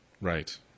Right